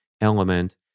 element